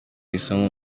isomo